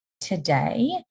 today